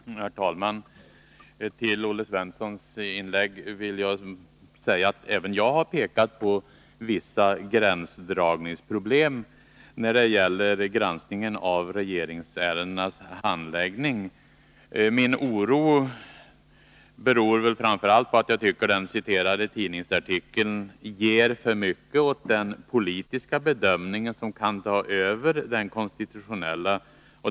Herr talman! Till Olle Svensson vill jag säga att även jag har pekat på vissa gränsdragningsproblem när det gäller granskningen av regeringsärendenas handläggning. Min oro beror framför allt på att jag tycker att den citerade tidningsartikeln ger för mycket åt den politiska bedömningen, som kan ta över den konstitutionella.